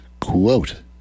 Quote